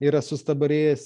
yra sustabarėjęs